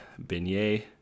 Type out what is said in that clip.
Beignet